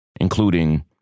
including